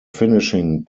finishing